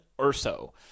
Urso